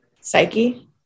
Psyche